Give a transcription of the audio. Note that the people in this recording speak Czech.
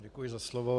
Děkuji za slovo.